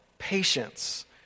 patience